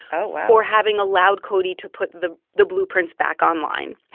oh, wow. for having allowed cody to put the the blueprints back online.